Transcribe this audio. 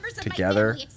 together